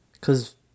Cause